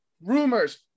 rumors